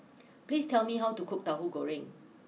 please tell me how to cook Tauhu Goreng